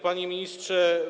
Panie Ministrze!